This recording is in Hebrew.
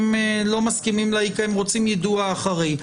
הם לא מסכימים לה כי הם רוצים יידוע אחרי.